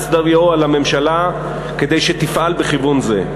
דיו על הממשלה כדי שתפעל בכיוון זה.